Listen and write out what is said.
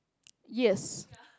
yes